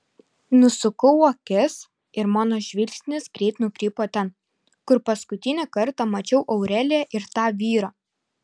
nusukau akis ir mano žvilgsnis greit nukrypo ten kur paskutinį kartą mačiau aureliją ir tą vyrą